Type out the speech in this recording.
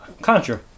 Contra